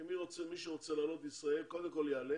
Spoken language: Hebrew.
שמי שרוצה לעלות לישראל קודם כל יעלה